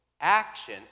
action